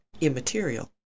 immaterial